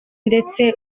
ndetse